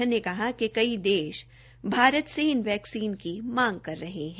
उन्होंने कहा कि कई देश भारत से इन वैक्सीन की मांग कर रहे है